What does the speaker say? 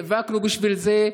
נאבקנו בשביל זה,